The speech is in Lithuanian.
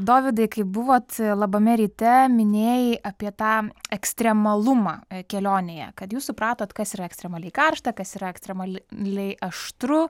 dovydai kai buvot labame ryte minėjai apie tą ekstremalumą kelionėje kad jūs supratot kas yra ekstremaliai karšta kas yra ekstremali maliai aštru